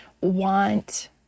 want